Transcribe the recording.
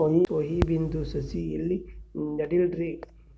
Soya ಬಿನದು ಸಸಿ ಎಲ್ಲಿ ನೆಡಲಿರಿ?